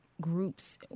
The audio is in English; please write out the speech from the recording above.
groups